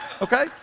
okay